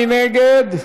מי נגד?